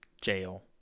jail